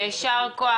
יישר כוח.